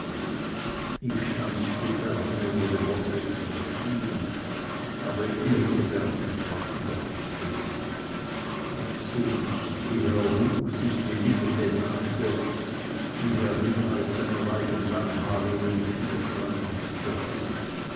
ich stand zu ferne um ihre worte zu verstehen aber ihre gebärden sprachen deutlich genug noch seh ich wie herr hug sich die lippe benagte wie herr rinald seine weichen langhaare um die finger schlang und zerriß